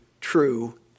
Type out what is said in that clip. true